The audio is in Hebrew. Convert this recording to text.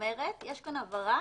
כלומר יש פה הבהרה